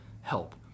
help